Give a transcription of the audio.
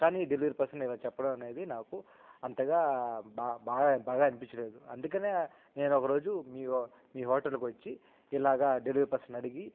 కానీ delivery person ఇలా చెప్పడం అనేది నాకు అంతగా బా బాగా బాగా అనిపించలేదు అందుకనే నేను ఒకరోజు మీ మీ హోటల్కు వచ్చి ఇలాగా డెలివరీ పర్సన్ అడిగి